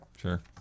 sure